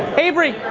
avery!